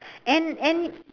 and and